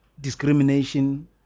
discrimination